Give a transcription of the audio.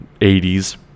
80s